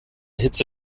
hitze